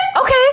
Okay